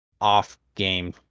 off-game